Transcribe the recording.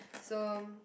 so